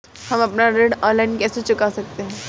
हम अपना ऋण ऑनलाइन कैसे चुका सकते हैं?